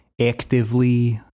actively